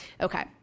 Okay